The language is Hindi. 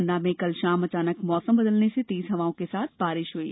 पन्ना में कल शाम अचानक मौसम बदलने से तेज हवाओं के साथ बारिश हई